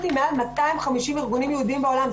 עם מעל 250 ארגונים יהודיים בעולם.